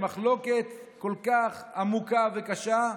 מחלוקת כל כך עמוקה וקשה,